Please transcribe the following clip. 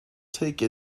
take